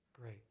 great